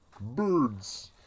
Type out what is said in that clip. Birds